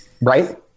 Right